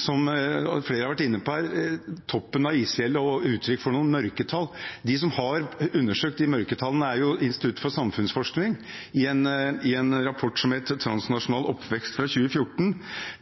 som flere har vært inne på her, toppen av isfjellet og uttrykk for mørketall. De som har undersøkt disse mørketallene, er Institutt for samfunnsforskning. I en rapport som het Transnasjonal oppvekst, fra 2014,